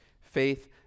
Faith